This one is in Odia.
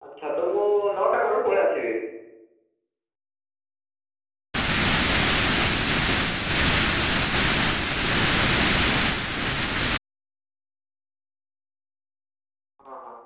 ଆଚ୍ଛା ତ ମୁଁ ନଅଟା ବେଳୁ ପଳେଇଆସିବି ହଁ ହଁ ହଁ